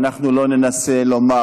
ואנחנו לא ננסה לומר